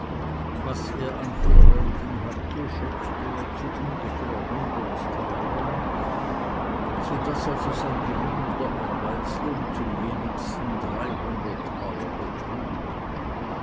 was er an vorräten hatte schätzte er zu ungefähr hundert talern so daß also sein gewinn oder arbeitslohn zum wenigsten dreihundert taler betrug